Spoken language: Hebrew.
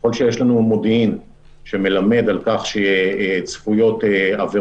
ככל שיש לנו מודיעין שמלמד על כך שצפויות עבירות